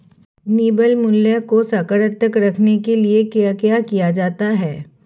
निवल मूल्य को सकारात्मक रखने के लिए क्या क्या किया जाता है?